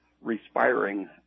respiring